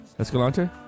Escalante